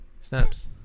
Snaps